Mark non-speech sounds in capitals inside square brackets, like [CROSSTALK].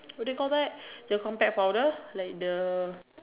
what do you call that [BREATH] the compact powder like the